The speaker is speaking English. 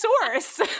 source